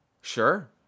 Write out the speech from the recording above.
Sure